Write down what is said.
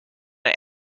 and